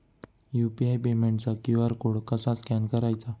UPI पेमेंटचा QR code कसा scan करायचा?